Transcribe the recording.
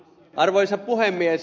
arvoisa puhemies